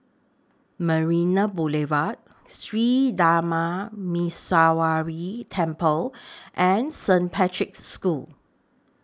Marina Boulevard Sri Darma Muneeswaran Temple and Saint Patrick's School